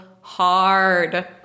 hard